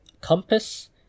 compass